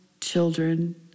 children